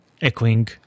echoing